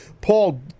Paul